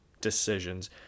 decisions